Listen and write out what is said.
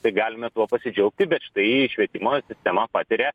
tai galime tuo pasidžiaugti bet štai švietimo sistema patiria